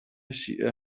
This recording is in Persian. شیعه